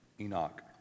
Enoch